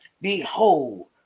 behold